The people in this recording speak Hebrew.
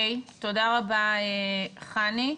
תודה רבה, חני.